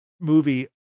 movie